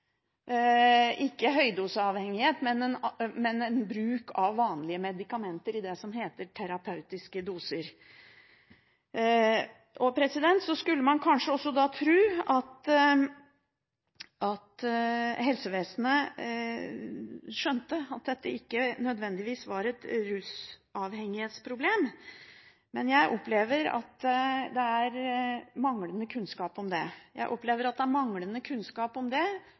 ikke høydoseavhengighet, men en bruk av vanlige medikamenter i det som heter terapeutiske doser. Så skulle man kanskje også tro at helsevesenet skjønte at dette ikke nødvendigvis var et rusavhengighetsproblem. Men jeg opplever at det er manglende kunnskap om det – jeg opplever at det er manglende kunnskap om det